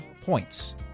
points